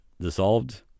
dissolved